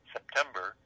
September